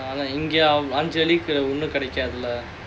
ya like அங்க போயிருந்தேன்:anga poyirunthaen